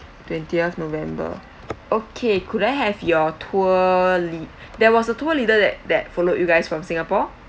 twentieth november okay could I have your tour lead there was a tour leader that that followed you guys from singapore